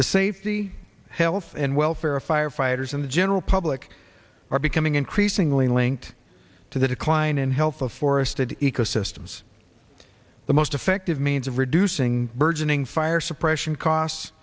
the safety health and welfare of firefighters and the general public are becoming increasingly linked to the decline in health of forested ecosystems the most effective means of reducing burgeoning fire suppression cos